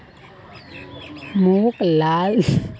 मोक लाल चनार चाट अखना खाना छ